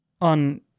on